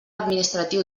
administratiu